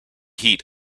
heat